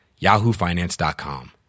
yahoofinance.com